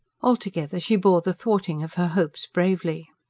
altogether she bore the thwarting of her hopes bravely.